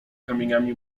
kamieniami